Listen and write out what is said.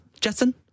Jessen